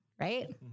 right